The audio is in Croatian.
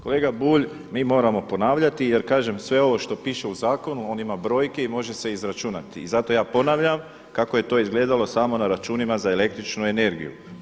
Kolega Bulj, mi moramo ponavljati jer kažem, sve ovo što piše u zakonu on ima brojke i može se izračunati i zato ja ponavljam kako je to izgledalo samo na računima za električnu energiju.